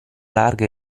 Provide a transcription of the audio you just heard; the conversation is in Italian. larga